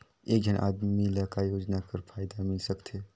एक झन आदमी ला काय योजना कर फायदा मिल सकथे?